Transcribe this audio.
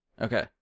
Okay